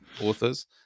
authors